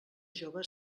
jove